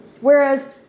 Whereas